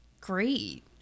great